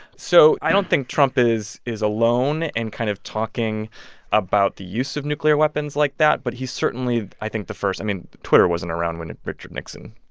so i don't think trump is is alone in kind of talking about the use of nuclear weapons like that. but he's certainly, i think, the first i mean, twitter wasn't around when richard nixon.